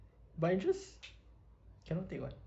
but interest cannot take [what]